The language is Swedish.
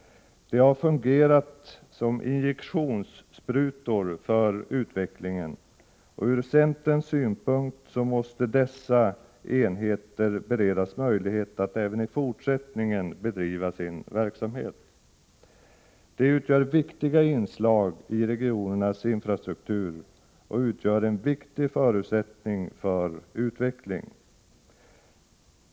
De har fungerat som injektionssprutor för utvecklingen. Från centerns synpunkt måste dessa enheter beredas möjlighet att även i fortsättningen bedriva sin verksamhet. De är viktiga inslag i regionernas infrastruktur och utgör en viktig förutsättning för utveckling.